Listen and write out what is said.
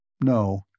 no